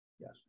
yes